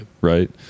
right